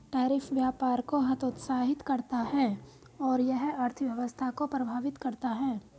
tariff व्यापार को हतोत्साहित करता है और यह अर्थव्यवस्था को प्रभावित करता है